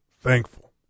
thankful